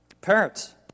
Parents